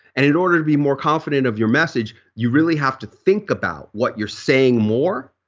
and in order to be more confident of your message, you really have to think about what you're saying more.